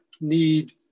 need